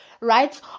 right